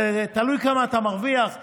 תלוי כמה אתה מרוויח,